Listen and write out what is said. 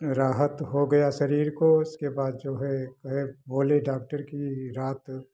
राहत हो गया शरीर को उसके बाद जो है कहे बोले डाक्टर की रात